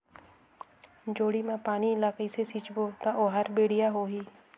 जोणी मा पानी ला कइसे सिंचबो ता ओहार बेडिया होही?